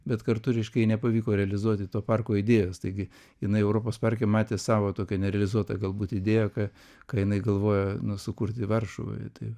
bet kartu reiškia jai nepavyko realizuoti to parko idėjos taigi jinai europos parke matė savo tokią nerealizuotą galbūt idėją ką ką jinai galvojo nu sukurti varšuvoje tai